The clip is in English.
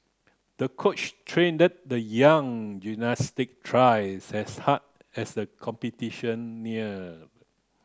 the coach trained the young gymnast twice as hard as the competition neared